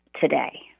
today